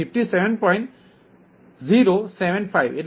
075 છે